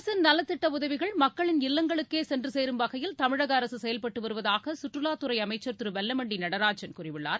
அரசின் நலத்திட்ட உதவிகள் மக்களின் இல்லங்களுக்கே சென்று சேரும் வகையில் தமிழக அரசு செயல்பட்டு வருவதாக சுற்றுவாத்துறை அமைச்சர் திரு வெல்லமண்டி நடராஜன் கூறியுள்ளார்